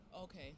Okay